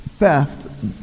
theft